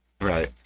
Right